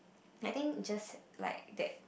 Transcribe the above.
I think just like that